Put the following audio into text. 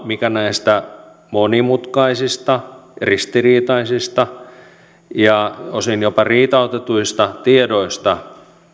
mikä näistä monimutkaisista ristiriitaisista ja osin jopa riitautetuista tiedoista